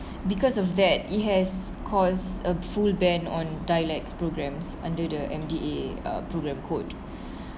because of that it has caused a full ban on dialects programmes under the M_D_A uh programme code